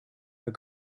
are